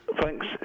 Thanks